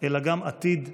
אלא גם עתיד וגורל.